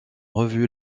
revue